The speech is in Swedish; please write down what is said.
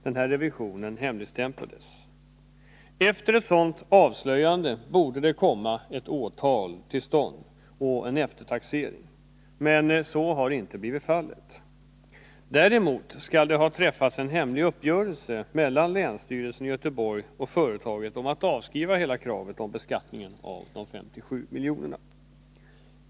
Denna revisionsrapport hemligstämplades. Efter ett sådant avslöjande borde det komma till stånd ett åtal och en eftertaxering, men så har inte blivit fallet. Däremot skall det ha träffats en hemlig uppgörelse mellan företaget och länsstyrelsen i Göteborgs och Bohus län om att avskriva hela kravet om beskattning av de 57 miljonerna.